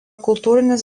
kultūrinis